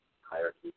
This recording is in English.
hierarchy